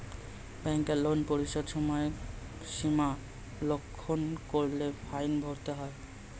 ব্যাংকের লোন পরিশোধের সময়সীমা লঙ্ঘন করলে ফাইন ভরতে হয়